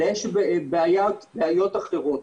אלא יש בעיות אחרות.